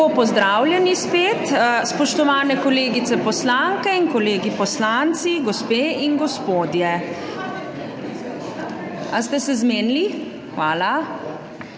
pozdravljeni spet, spoštovane kolegice poslanke in kolegi poslanci, gospe in gospodje. / nemir v